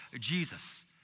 Jesus